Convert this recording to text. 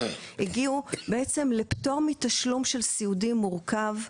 הגיעו לפטור מתשלום של סיעודי מורכב,